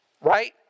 right